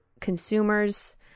consumers